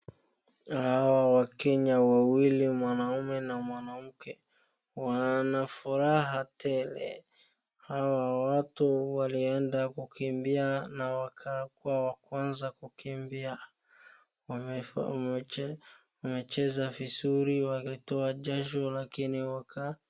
Hawa wakenya wawili mwanamume na mwanamke wanafuraha tele. Hawa watu walienda kukimbia na wakakuwa wa kwanza kukimbia wamecheza vizuri walitoa jasho lakini waka,,,,